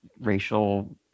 racial